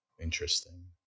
interesting